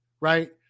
right